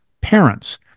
parents